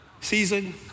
season